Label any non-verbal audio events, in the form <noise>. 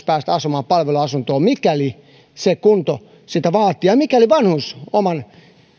<unintelligible> päästä asumaan palveluasuntoon mikäli kunto sitä vaatii ja mikäli vanhus myös oman